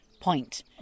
point